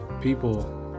people